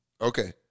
Okay